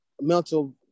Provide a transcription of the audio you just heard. mental